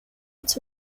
its